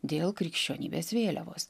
dėl krikščionybės vėliavos